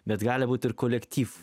bet gali būti ir kolektyvų